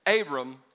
Abram